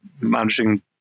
managing